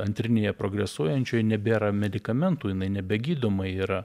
antrinėje progresuojančioj nebėra medikamentų jinai nebegydoma yra